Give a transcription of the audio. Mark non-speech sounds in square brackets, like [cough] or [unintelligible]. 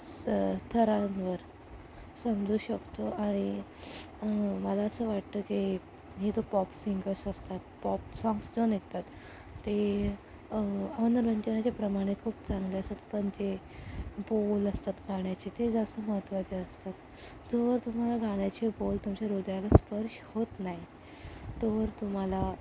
स थरांवर समजू शकतो आणि मला असं वाटतं की हे जो पॉप सिंगर्स असतात पॉप साँग्स [unintelligible] ऐकतात ते मनोरंजनाचे प्रमाणे खूप चांगले असतात पण ते बोल असतात गाण्याचे ते जास्त महत्त्वाचे असतात जोवर तुम्हाला गाण्याचे बोल तुमच्या हृदयाला स्पर्श होत नाही तोवर तुम्हाला